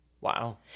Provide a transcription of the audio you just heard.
Wow